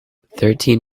thirteen